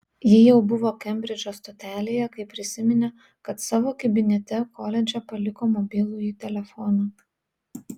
ji jau buvo kembridžo stotelėje kai prisiminė kad savo kabinete koledže paliko mobilųjį telefoną